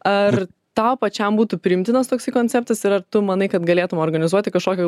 ar tau pačiam būtų priimtinas toksai konceptas ir ar tu manai kad galėtum organizuoti kažkokią